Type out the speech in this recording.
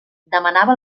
demanava